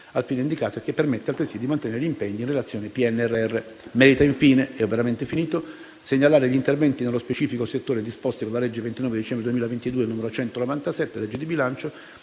al fine indicato e che permette, altresì, di mantenere gli impegni in relazione al PNNR. Merita infine segnalare gli interventi nello specifico settore disposti con la legge 29 dicembre 2022, n. 197 (legge di bilancio